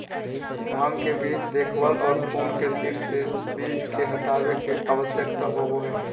भांग के बीज के देखभाल, और फूल के सिर से बीज के हटाबे के, आवश्यकता होबो हइ